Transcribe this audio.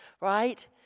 right